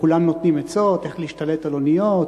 כולם נותנים עצות איך להשתלט על אוניות,